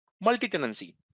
multi-tenancy